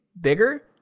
bigger